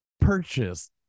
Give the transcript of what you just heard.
purchase